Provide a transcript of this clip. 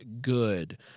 good